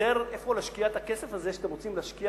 חסר איפה להשקיע את הכסף הזה שאתם רוצים להשקיע